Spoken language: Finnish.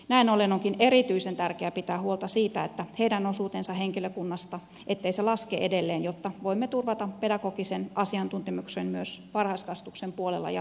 näin ollen onkin erityisen tärkeää pitää huolta siitä ettei heidän osuutensa henkilökunnasta laske edelleen jotta voimme turvata pedagogisen asiantuntemuksen myös varhaiskasvatuksen puolella jatkossa